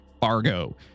Fargo